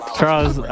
Charles